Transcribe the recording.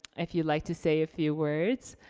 if you'd like to say a few words.